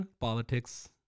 politics